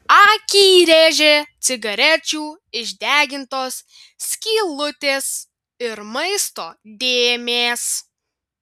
akį rėžė cigarečių išdegintos skylutės ir maisto dėmės